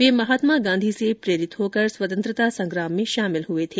वे महात्मा गांधी से प्रेरित होकर स्वतंत्रता संग्राम में शामिल हुए थे